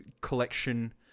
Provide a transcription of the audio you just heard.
collection